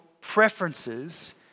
preferences